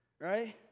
right